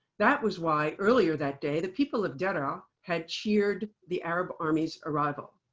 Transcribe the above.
that was why earlier that day, the people of deraa had cheered the arab army's arrival.